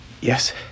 yes